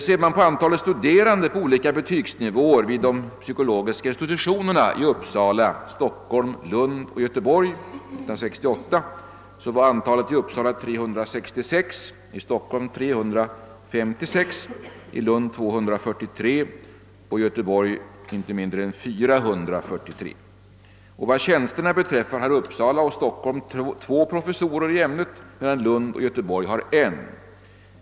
Ser man på antalet studerande på olika betygsnivåer vid de psykologiska institutionerna i Uppsala, Stockholm, Lund och Göteborg 1968 finner man att antalet var i Uppsala 366, i Stockholm 356, i Lund 243 och i Göteborg inte mindre än 443. Vad tjänsterna beträffar har Uppsala och Stockholm 2 professorer i ämnet, medan Lund och Göteborg har 1.